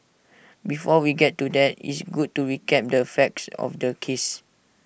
before we get to that it's good to recap the facts of the case